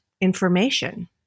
information